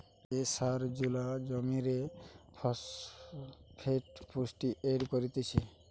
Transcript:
যে সার জুলা জমিরে ফসফেট পুষ্টি এড করতিছে